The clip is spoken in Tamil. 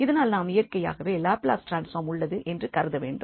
இதனால் நாம் இயற்கையாகவே லாப்லஸ் ட்ரான்ஸ்பார்ம் உள்ளது என்று கருதவேண்டும்